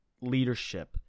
leadership